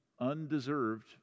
undeserved